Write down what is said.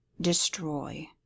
destroy